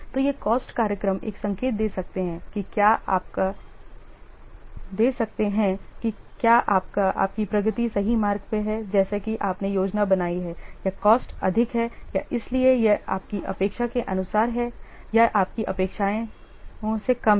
तो ये कॉस्ट कार्यक्रम एक संकेत दे सकते हैं कि क्या आपका आपकी प्रगति सही मार्ग पर है जैसा कि आपने योजना बनाई है या कॉस्ट अधिक है या इसलिए या यह आपकी अपेक्षा के अनुसार है या यह आपकी अपेक्षाओं से कम है